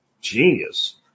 genius